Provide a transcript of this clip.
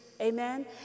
Amen